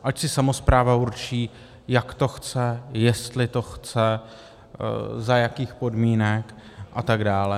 Ať si samospráva určí, jak to chce, jestli to chce, za jakých podmínek a tak dále.